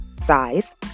size